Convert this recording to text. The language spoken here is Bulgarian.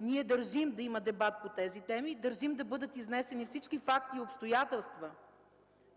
Ние държим да има дебат по тези теми, държим да бъдат изнесени всички факти и обстоятелства